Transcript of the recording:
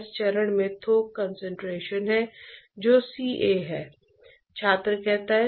और वास्तव में यही कारण है कि इन 3 ट्रांसपोर्ट प्रक्रियाओं को आमतौर पर एक ही लेंस से देखा जाता है